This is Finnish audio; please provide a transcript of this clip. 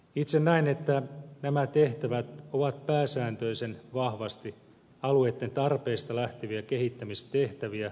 itse näen että nämä tehtävät ovat pääsääntöisen vahvasti alueitten tarpeista lähteviä kehittämistehtäviä